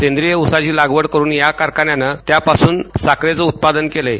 सेंद्रिय ऊसाची लागवड करून या कारखान्यानं त्यापासून साखरेचं उत्पानद केलंय